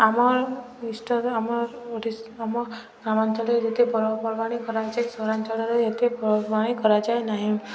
ଆମର୍ ଇଷ୍ଟ ଆମର୍ ଓଡ଼ିଶ ଆମ ଗ୍ରାମାଞ୍ଚଳରେ ଯେତେ ପର୍ବପର୍ବାଣି କରାହଉଛି ସହରାଞ୍ଚଳରେ ଏତେ ପର୍ବପର୍ବାଣି କରାଯାଏ ନାହିଁ